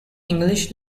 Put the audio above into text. english